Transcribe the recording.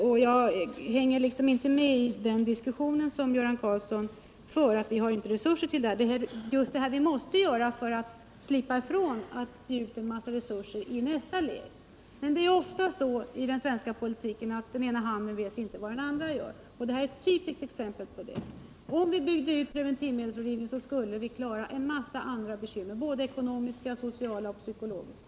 Jag hänger liksom inte med i den diskussion som Göran Karlsson för — att vi inte har resurser till det här. Det är just detta som vi måste göra för att slippa ge ut en massa resurser i nästa led. Men det är ofta så i den svenska politiken att den ena handen inte vet vad den andra gör. Det här är ett typiskt exempel på det. Om vi byggde ut preventivmedelsrådgivningen så skulle vi klara en massa bekymmer — ekonomiska, sociala och psykologiska.